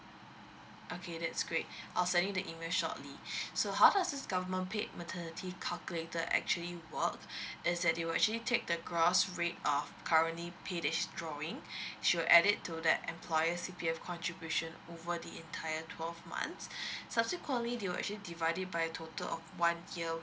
okay that's great I'll send you the email shortly so how does this government paid maternity calculator actually work that they will actually take the gross rate of currently drawing she'll add it to that employer C_P_F contribution over the entire twelve months subsequently they'll actually divided by a total of one year